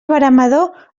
veremador